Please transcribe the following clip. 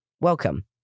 Welcome